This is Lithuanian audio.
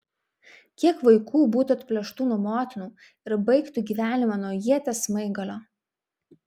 kiek vaikų būtų atplėštų nuo motinų ir baigtų gyvenimą nuo ieties smaigalio